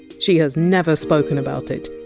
she has never spoken about it.